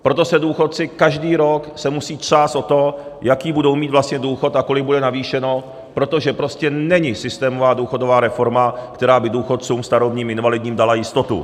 Proto se důchodci každý rok musejí třást o to, jaký budou mít vlastně důchod a o kolik bude navýšen, protože prostě není systémová důchodová reforma, která by důchodcům starobním, invalidním dala jistotu.